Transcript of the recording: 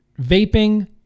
vaping